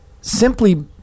simply